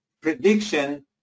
prediction